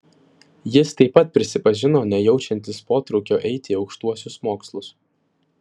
jis taip pat prisipažino nejaučiantis potraukio eiti aukštuosius mokslus